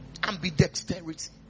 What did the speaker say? Ambidexterity